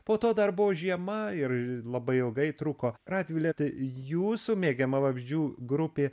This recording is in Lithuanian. po to dar buvo žiema ir labai ilgai truko radvile tai jūsų mėgiama vabzdžių grupė